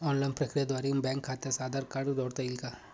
Online प्रक्रियेद्वारे bank खात्यास Aadhaar card जोडता येईल का?